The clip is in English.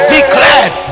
Declared